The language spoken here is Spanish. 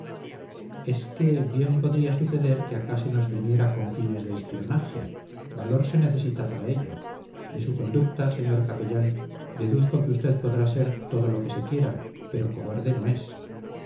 es que bien podría suceder que acá se nos viniera con fines de espionaje valor se necesita para ello de su conducta señor capellán deduzco que usted podrá ser todo lo que se quiera pero cobarde no es